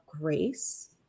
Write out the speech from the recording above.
grace